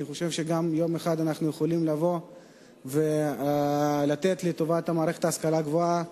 אני חושב שאנחנו יכולים לתת יום אחד לטובת מערכת ההשכלה הגבוהה,